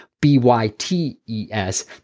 B-Y-T-E-S